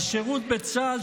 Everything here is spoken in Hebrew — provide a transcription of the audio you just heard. השירות בצה"ל,